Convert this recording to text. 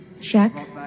Check